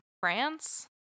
France